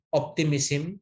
optimism